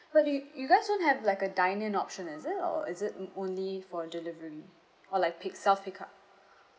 how do you you guys don't have like a dine in option is it or or is it only for delivery or like pick self pick up